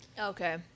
Okay